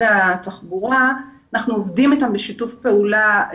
התחבורה ואנחנו עובדים איתם בשיתוף פעולה.